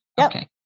Okay